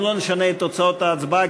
אנחנו לא נשנה את תוצאות ההצבעה,